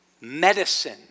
medicine